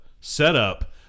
setup